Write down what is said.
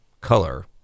color